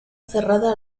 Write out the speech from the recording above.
cerrada